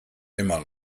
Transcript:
immer